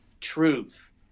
truth